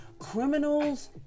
Criminals